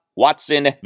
Watson